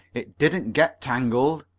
it didn't get tangled,